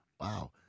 Wow